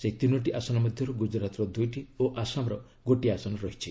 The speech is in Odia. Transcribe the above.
ସେହି ତିନୋଟି ଆସନ ମଧ୍ୟରୁ ଗୁଜରାତର ଦୁଇଟି ଓ ଆସାମର ଗୋଟିଏ ଆସନ ରହିଛି